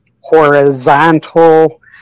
horizontal